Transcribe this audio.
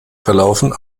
verlaufen